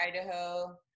Idaho